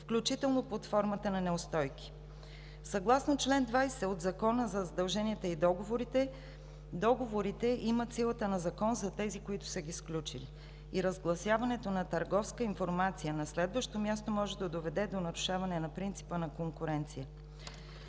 включително под формата на неустойки. Съгласно чл. 20 от Закона за задълженията и договорите, договорите имат силата на закон за тези, които са ги сключили, и разгласяването на търговска информация на следващо място може да доведе до нарушаване на принципа на конкуренцията.